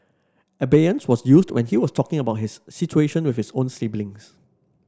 Abeyance was used when he was talking about his situation with his own siblings